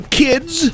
kids